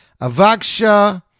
Avaksha